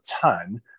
ton